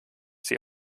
sie